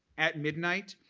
at midnight,